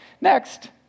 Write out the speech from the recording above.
Next